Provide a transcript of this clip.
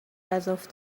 گزاف